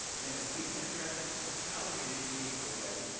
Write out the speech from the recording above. and if we can address infant mortality in a meaningful way,